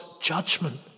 judgment